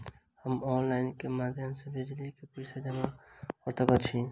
हम ऑनलाइन केँ माध्यम सँ बिजली कऽ राशि जमा कऽ सकैत छी?